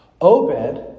Obed